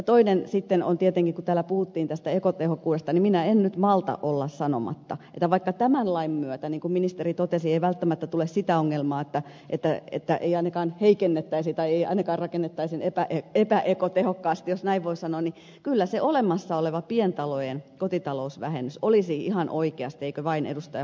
toinen asia sitten on tietenkin kun täällä puhuttiin tästä ekotehokkuudesta niin minä en nyt malta olla sanomatta että vaikka tämän lain myötä niin kuin ministeri totesi ei välttämättä tule sitä ongelmaa että ei ainakaan heikennettäisi tai ei ainakaan rakennettaisi epäekotehokkaasti jos näin voi sanoa niin kyllä siihen olemassa olevaan pientalojen kotitalousvähennykseen olisi ihan oikeasti eikö vain ed